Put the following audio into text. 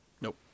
Nope